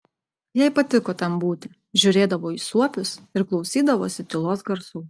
jai patiko ten būti žiūrėdavo į suopius ir klausydavosi tylos garsų